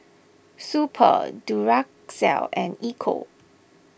Super Duracell and Ecco